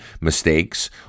mistakes